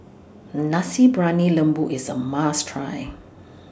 Nasi Briyani Lembu IS A must Try